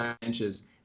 inches